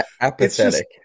apathetic